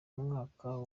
umwaka